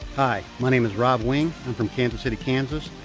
hi, my name is rob wing. i'm from kansas city, kansas.